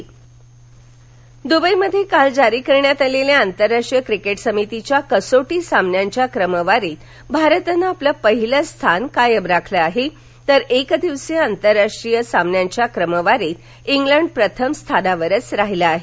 cricket क्रमवारी दुबईमध्ये काल जारी करण्यात आलेल्या आंतरराष्ट्रीय क्रिकेट समितीच्या कसोटी सामन्यांच्या क्रमवारीत भारतानं आपलं पहिलं स्थान कायम राखलं आहे तर एक दिवसीय आंतरराष्ट्रीय सामन्यांच्या क्रमवारीत इंग्लंड प्रथम स्थानावरच राहिला आहे